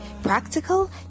practical